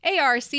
ARC